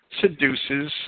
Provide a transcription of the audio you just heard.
seduces